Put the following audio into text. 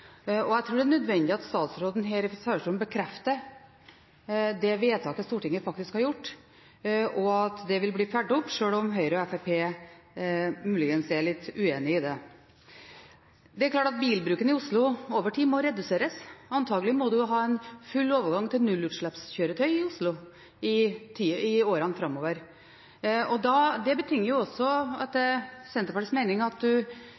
Jeg tror det er nødvendig at statsråden her fra talerstolen bekrefter det vedtaket Stortinget faktisk har gjort, og at det vil bli fulgt opp, sjøl om Høyre og Fremskrittspartiet muligens er litt uenig i det. Det er klart at bilbruken i Oslo over tid må reduseres. Antagelig må en ha en full overgang til nullutslippskjøretøy i Oslo i årene framover, og det betinger også etter Senterpartiets mening at